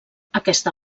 aquesta